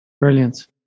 Brilliant